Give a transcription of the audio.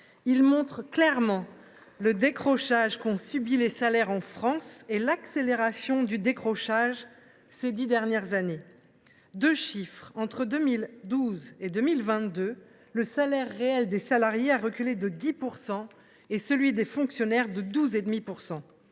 Il montre clairement le décrochage qu’ont subi les salaires en France, et son accélération ces dix dernières années. Deux chiffres illustrent ce constat : entre 2012 et 2022, le salaire réel des salariés a reculé de 10 % et celui des fonctionnaires de 12,5 %.